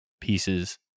pieces